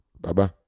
Bye-bye